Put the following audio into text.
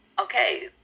Okay